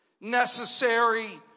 necessary